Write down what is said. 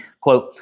Quote